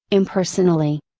impersonally.